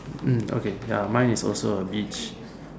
hmm okay ya mine is also a beach